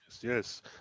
Yes